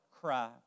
cry